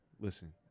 listen